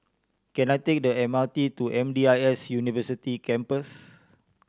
can I take the M R T to M D I S University Campus